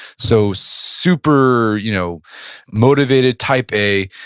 so super you know motivated type a.